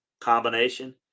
combination